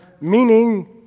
meaning